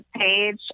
page